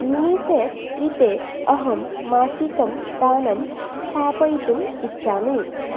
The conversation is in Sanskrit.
यूनिसेफ़् कृते अहं मासिकं दानं स्थापयितुम् इच्छामि